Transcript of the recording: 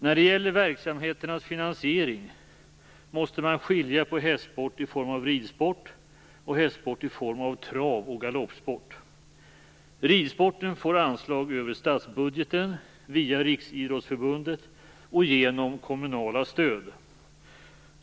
När det gäller verksamheternas finansiering måste man skilja på hästsport i form av ridsport och hästsport i form av trav och galoppsport. Ridsporten får anslag över statsbudgeten, via Riksidrottsförbundet och genom kommunala stöd.